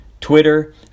Twitter